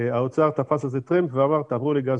האוצר תפס על זה טרמפ ואמר תעברו לגז